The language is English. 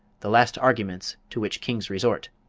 the last arguments to which kings resort.